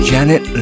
Janet